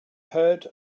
heard